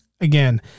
Again